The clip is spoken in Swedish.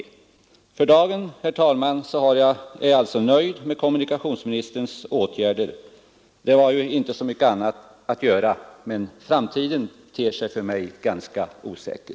För dagen, herr talman, är jag alltså nöjd med kommunikationsministerns åtgärder. Det var ju inte så mycket annat att göra. Men framtiden ter sig för mig ganska osäker.